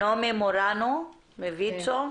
נעמי מורנו מויצ"ו.